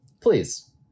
Please